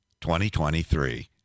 2023